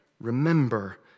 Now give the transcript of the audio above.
remember